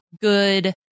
good